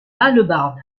hallebarde